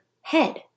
head